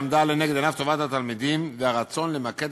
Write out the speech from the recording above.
עמדו לנגד עיניו טובת התלמידים והרצון למקד